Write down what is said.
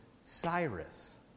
Cyrus